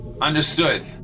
Understood